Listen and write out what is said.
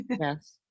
Yes